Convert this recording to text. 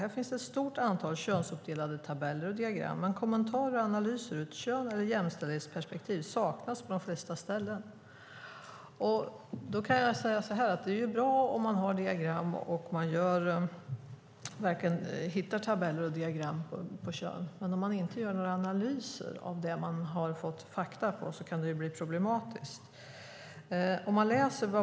Här finns ett stort antal könsuppdelade tabeller och diagram, men kommentarer och analyser ur ett köns eller jämställdhetsperspektiv saknas på de flesta ställen." Det är bra om man hittar tabeller och diagram över kön, men om man inte gör några analyser av det man har fått fakta på kan det bli problematiskt.